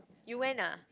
you went ah